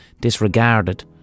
disregarded